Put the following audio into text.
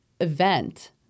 event